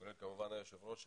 כולל כמובן היושב ראש,